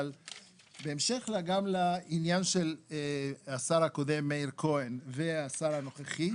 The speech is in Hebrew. אבל בהמשך גם לעניין של השר הקודם מאיר כהן והשר הנוכחי,